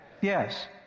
Yes